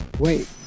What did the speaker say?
Wait